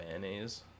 mayonnaise